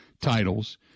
titles